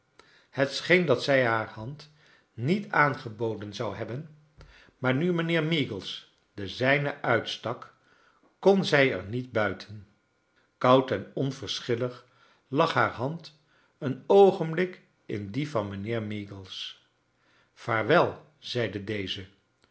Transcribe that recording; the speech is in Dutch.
het scheen dat zij haar hand niet aangeboden zou hebben maar nu mijnheer meagles de zijne uitstak kon zij er niet buiten koud en onverschillig lag haar hand een oogenblik in die van mijnheer meagles vaarwel zei deze